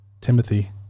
Timothy